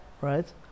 Right